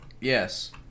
Yes